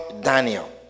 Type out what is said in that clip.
Daniel